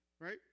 Right